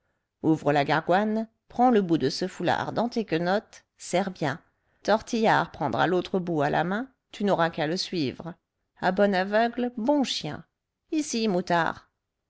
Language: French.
ouvre la gargoine prends le bout de ce foulard dans tes quenottes serre bien tortillard prendra l'autre bout à la main tu n'auras qu'à le suivre à bon aveugle bon chien ici moutard